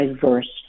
diverse